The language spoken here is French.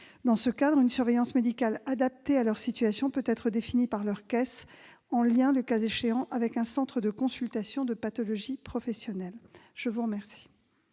Dans ce cadre, une surveillance médicale adaptée à leur situation peut être définie par leur caisse, en lien, le cas échéant, avec un centre de consultation de pathologie professionnelle. La parole